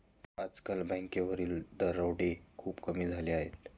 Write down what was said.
आजकाल बँकांवरील दरोडे खूप कमी झाले आहेत